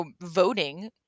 voting